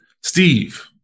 Steve